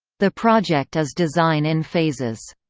the project is design in phases.